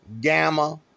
gamma